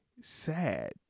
sad